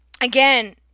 Again